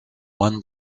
one